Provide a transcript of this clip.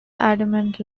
adamant